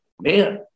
man